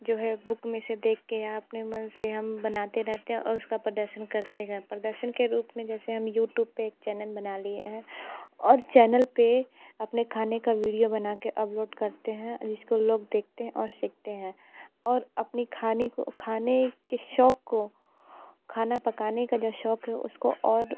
जो है बुक में से देख के या अपने मन से हम बनाते रहते हैं और उसका प्रदर्शन करते हैं प्रदर्शन के रूप में जैसे हम यूट्यूब पर एक चैनल बना लिए हैं और चैनल पर अपने खाने का वीडियो बना के अपलोड करते हैं जिसको लोग देखते हैं और सीखते हैं और अपनी खाने को खाने के शौक़ को खाना पकाने का जो शौक़ है उसको और